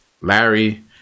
Larry